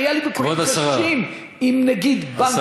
היה לי ויכוחים קשים עם נגיד בנק ישראל,